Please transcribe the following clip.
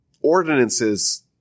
ordinances